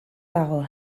dago